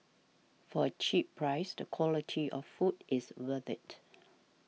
for a cheap price the quality of food is worth it